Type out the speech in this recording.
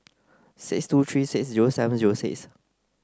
six two three six zero seven zero six